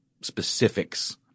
specifics